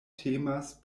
temas